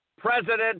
President